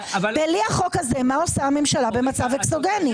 בלי החוק הזה מה עושה הממשלה במצב אקסוגני?